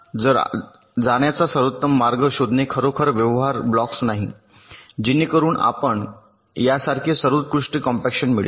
तर जाण्याचा सर्वोत्तम मार्ग शोधणे खरोखर व्यवहार्य ब्लॉक्स नाही जेणेकरून आपणास यासारखे सर्वोत्कृष्ट कॉम्पॅक्शन मिळेल